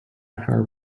her